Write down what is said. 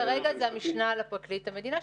כרגע זה המשנה לפרקליט המדינה,